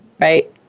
Right